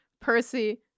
Percy